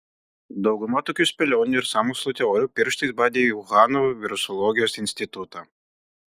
dauguma tokių spėlionių ir sąmokslo teorijų pirštais badė į uhano virusologijos institutą